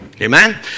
Amen